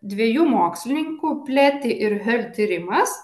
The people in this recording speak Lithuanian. dviejų mokslininkų pleti ir hiort tyrimas